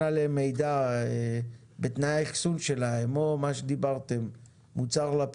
עליהם מידע בתנאי האחסון שלהם או מה שאמרתם לגבי